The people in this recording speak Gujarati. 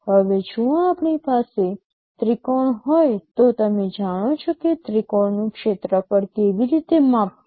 હવે જો આપણી પાસે ત્રિકોણ હોય તો તમે જાણો છો કે ત્રિકોણનું ક્ષેત્રફળ કેવી રીતે માપવું